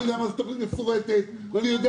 אני יודע מה זה תוכנית מפורטת ואני יודע